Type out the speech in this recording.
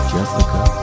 Jessica